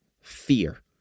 fear